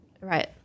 Right